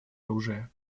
оружия